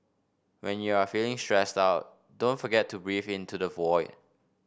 when you are feeling stressed out don't forget to breathe into the void